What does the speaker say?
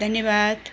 धन्यवाद